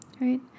right